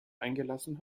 eingelassen